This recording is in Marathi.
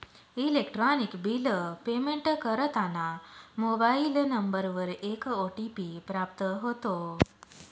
इलेक्ट्रॉनिक बिल पेमेंट करताना मोबाईल नंबरवर एक ओ.टी.पी प्राप्त होतो